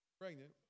pregnant